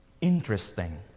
Interesting